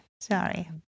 Sorry